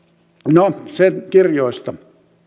no se kirjoista